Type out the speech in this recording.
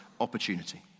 opportunity